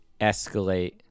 escalate